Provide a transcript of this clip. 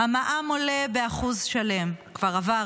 המע"מ עולה ב-1% שלם כבר עבר,